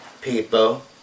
People